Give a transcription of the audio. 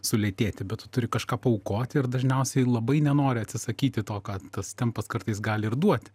sulėtėti bet tu turi kažką paaukoti ir dažniausiai labai nenori atsisakyti to ką tas tempas kartais gali ir duoti